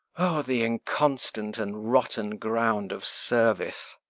o, the inconstant and rotten ground of service!